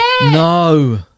no